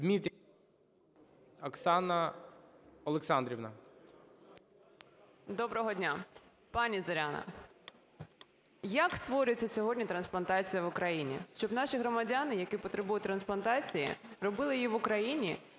ДМИТРІЄВА О.О. Доброго дня. Пані Зоряна, як створюється сьогодні трансплантація в Україні, щоб наші громадяни, які потребують трансплантації, робили її в Україні